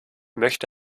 möchte